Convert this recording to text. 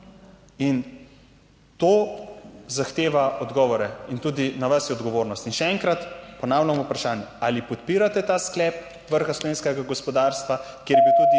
To zahteva odgovore in tudi na vas je odgovornost. Še enkrat ponavljam vprašanje: Ali podpirate ta sklep Vrha slovenskega gospodarstva, kjer je bil tudi